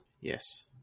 Yes